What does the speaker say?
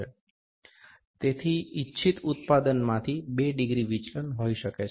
તેથી ઇચ્છિત ઉત્પાદનમાંથી બે ડિગ્રી વિચલન હોઇ શકે છે